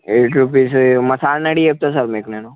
eight rupees మా సార్ని అడిగి చెప్తాను సార్ మీకు నేను